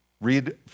Read